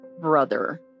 brother